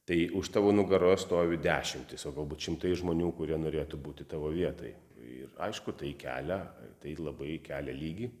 tai už tavo nugaros stovi dešimtys o galbūt šimtai žmonių kurie norėtų būti tavo vietoj ir aišku tai kelia tai labai kelia lygį